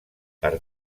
per